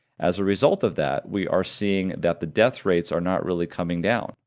as a result of that we are seeing that the death rates are not really coming down.